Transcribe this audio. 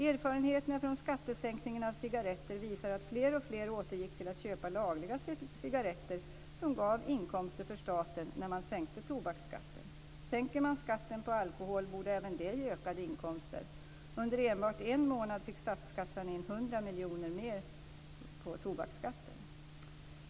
Erfarenheterna från sänkningen av skatten på cigarretter visar att fler och fler återgick till att köpa lagliga cigarretter som gav inkomster för staten när man sänkte tobaksskatten. Sänker man skatten på alkohol borde även det ge ökade inkomster. Under enbart en månad fick statskassan in 100 miljoner kronor mer på tobaksskatten.